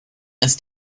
ist